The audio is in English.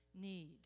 need